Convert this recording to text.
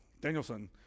Danielson